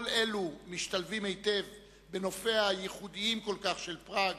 כל אלו משתלבים היטב בנופיה הייחודיים כל כך של פראג